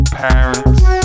parents